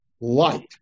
light